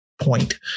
point